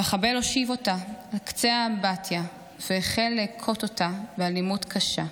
המחבל הושיב אותה על קצה האמבטיה והחל להכות אותה באלימות קשה.